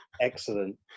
Excellent